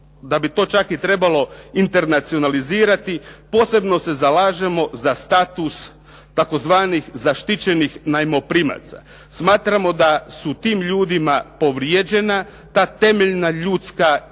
da bi to čak i trebalo internacionalizirati. Posebno se zalažemo za status tzv. zaštićenih najmoprimaca. Smatramo da su tim ljudima povrijeđena ta temeljna ljudska itd.